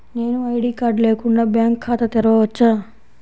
నేను ID card లేకుండా bank ఖాతా తెరవచ్చా?